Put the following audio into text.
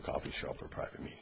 coffee shop or private me